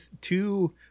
two